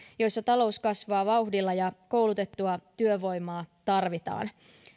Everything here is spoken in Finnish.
joilla talous kasvaa vauhdilla ja koulutettua työvoimaa tarvitaan